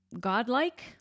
godlike